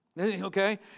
okay